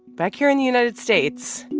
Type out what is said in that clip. back here in the united states.